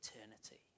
eternity